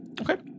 Okay